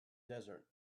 desert